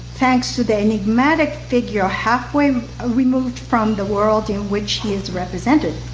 thanks to the enigmatic figure halfway um ah removed from the world in which he is represented,